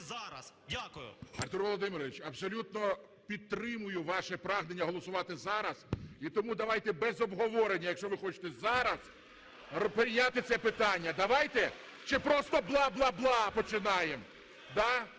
ГОЛОВУЮЧИЙ. Артур Володимирович, абсолютно підтримую ваше прагнення голосувати зараз. І тому давайте без обговорення, якщо ви хочете зараз прийняти це питання. Давайте чи просто бла, бла, бла починаємо,